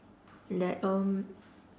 that um